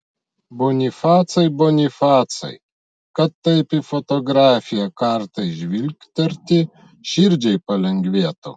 bonifacai bonifacai kad taip į fotografiją kartais žvilgterti širdžiai palengvėtų